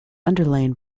underlain